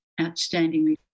Outstandingly